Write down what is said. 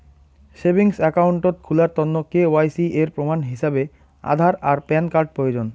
savings account খুলার তন্ন KYC এর প্রমাণ হিছাবে আধার আর প্যান কার্ড প্রয়োজন